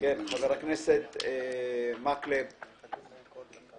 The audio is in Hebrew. חבר הכנסת מקלב שבדיוק נכנס,